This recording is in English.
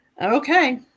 Okay